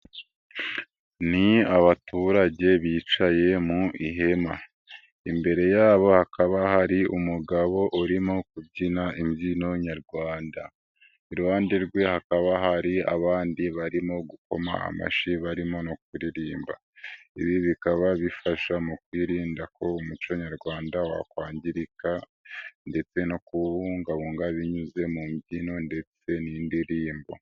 Ni abaturage bicaye mu ihema, imbere yabo hakaba hari umugabo urimo kubyina imbyino nyarwanda, iruhande rwe hakaba hari abandi barimo gukoma amashyi barimo no kuririmba, ibi bikaba bifasha mu kwirinda ko umuco nyarwanda wakwangirika ndetse no kuwubungabunga binyuze mu mbyino ndetse n'indirimbo.